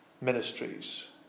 ministries